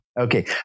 Okay